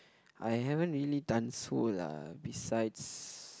I haven't really done so lah besides